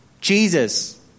Jesus